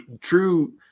true